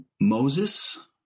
Moses